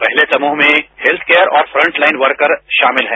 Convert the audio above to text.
पहले समूह में हैत्थ केयर और फ्रंट लाइन वर्कर शामिल हैं